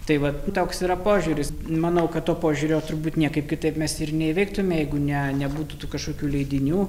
tai va toks yra požiūris manau kad to požiūrio turbūt niekaip kitaip mes ir neįveiktume jeigu ne nebūtų tų kažkokių leidinių